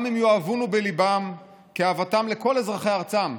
גם אם יאהבונו בליבם, כאהבתם לכל אזרחי ארצם,